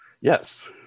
Yes